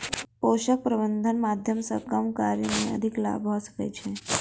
पोषक प्रबंधनक माध्यम सॅ कम कार्य मे अधिक लाभ भ सकै छै